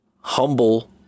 humble